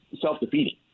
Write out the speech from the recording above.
self-defeating